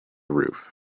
roof